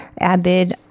Abid